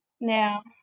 now